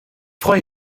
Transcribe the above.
freue